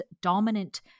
dominant